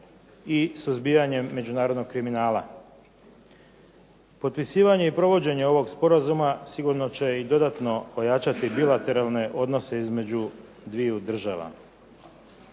i suzbijanje međunarodnog kriminala. Potpisivanje i provođenje ovog sporazuma sigurno će i dodatno ojačati bilateralne odnose između dviju država.